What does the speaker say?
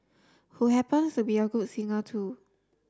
who happens to be a good singer too